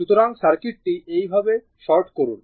সুতরাং সার্কিটটি এইভাবে শর্ট করুন